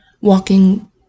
walking